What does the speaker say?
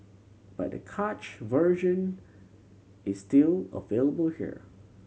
but the cached version is still available here